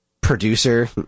producer